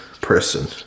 person